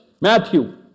matthew